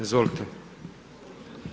Izvolite.